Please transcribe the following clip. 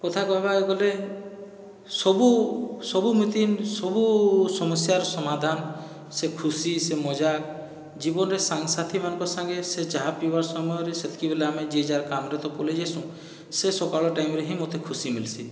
କଥା କହିବାକେ ଗଲେ ସବୁ ସବୁ ମିତିଂ ସବୁ ସମସ୍ୟାର ସମାଧାନ ସେ ଖୁସି ସେ ମଜା ଜୀବନରେ ସାଙ୍ଗ ସାଥୀମାନଙ୍କ ସାଙ୍ଗେ ସେ ଚାହା ପିଇବାର ସମୟରେ ସେତିକି ବେଲେ ଆମେ ଯିଏ ଯାହା କାମରେ ତ ପଲାଇ ଆସୁଁ ସେ ସକାଲ ଟାଇମରେ ହିଁ ମୋତେ ଖୁସି ମିଲସି